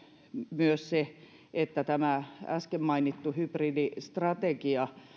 myös se että tämä äsken mainittu hybridistrategia